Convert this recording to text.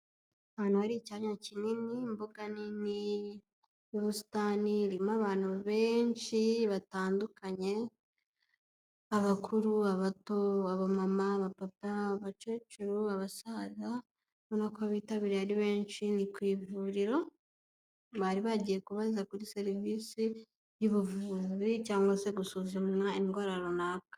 Ahantu hari icyanya kinini imbuga nini y'ubusitani irimo abantu benshi batandukanye abakuru, abato, abamama, abapapa, abakecuru, abasaza urabona ko bitabiriye ari benshi ku ivuriro bari bagiye kubaza kuri serivisi y'ubuvuzi cyangwa se gusuzumwa indwara runaka.